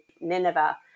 Nineveh